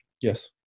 Yes